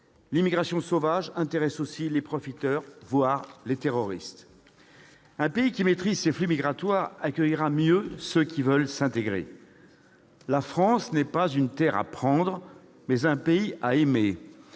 L'immigration sauvage intéresse aussi les profiteurs, voire les terroristes. Un pays qui maîtrise ses flux migratoires accueillera mieux ceux qui veulent s'intégrer. La France n'est pas une terre à prendre, mais un pays à aimer